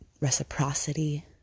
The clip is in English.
reciprocity